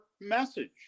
message